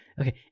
Okay